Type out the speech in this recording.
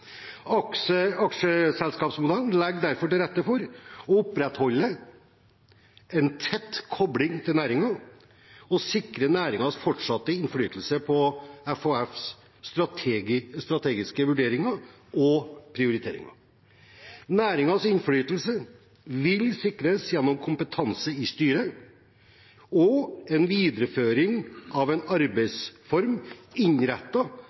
Aksjeselskapsmodellen legger til rette for å opprettholde en tett kobling til næringen og å sikre næringens fortsatte innflytelse på FHFs strategiske vurderinger og prioriteringer. Næringens innflytelse vil sikres gjennom kompetanse i styret og en videreføring av en